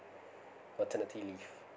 maternity leave